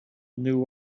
knew